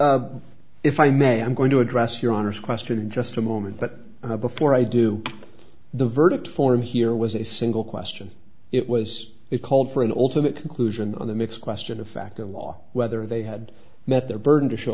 if i may i'm going to address your honor's question in just a moment but before i do the verdict form here was a single question it was it called for an ultimate conclusion on the mix question of fact of law whether they had met their burden to